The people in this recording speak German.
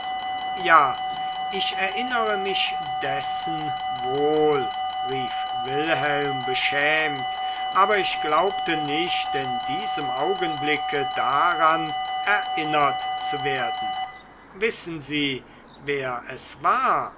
ja ich erinnere mich dessen wohl rief wilhelm beschämt aber ich glaubte nicht in diesem augenblick daran erinnert zu werden wissen sie wer es war